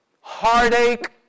heartache